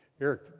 Eric